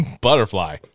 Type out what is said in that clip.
Butterfly